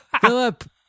Philip